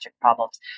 problems